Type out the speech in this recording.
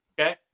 Okay